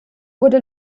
wurde